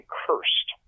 cursed